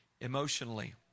emotionally